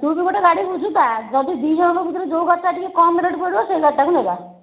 ତୁ ବି ଗୋଟେ ଗାଡ଼ି ବୁଝିଥା ଯଦି ଦୁଇ ଜଣଙ୍କ ଭିତରେ ଯେଉଁ ଗାଡ଼ିଟା ଟିକେ କମ୍ ରେଟ୍ ପଡ଼ିବ ସେଇ ଗାଡ଼ିଟାକୁ ନବା